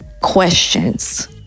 questions